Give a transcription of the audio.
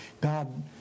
God